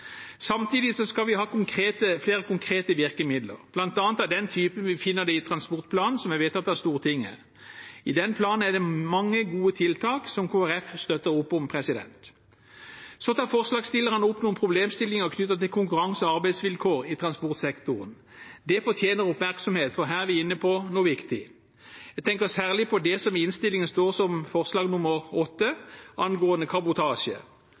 Samtidig skal vi ha flere konkrete virkemidler, bl.a. av den typen vi finner i transportplanen som er vedtatt av Stortinget. I den planen er det mange gode tiltak som Kristelig Folkeparti støtter opp om. Forslagsstillerne tar opp noen problemstillinger knyttet til konkurranse og arbeidsvilkår i transportsektoren. Det fortjener oppmerksomhet, for her er vi inne på noe viktig. Jeg tenker særlig på det som i innstillingen står som forslag nr. 8, angående kabotasje.